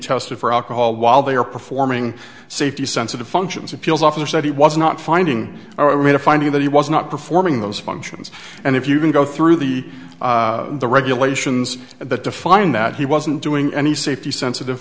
tested for alcohol while they are performing safety sensitive functions appeals officer said he was not finding or read a finding that he was not performing those functions and if you can go through the the regulations that defined that he wasn't doing any safety sensitive